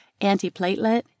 anti-platelet